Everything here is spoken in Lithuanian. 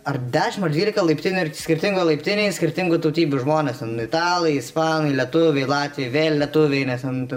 ar dešimt ar dvylika laiptinių ir skirtingoj laiptinėj skirtingų tautybių žmonės ten italai ispanai lietuviai latviai vėl lietuviai nes ant